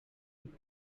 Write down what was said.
and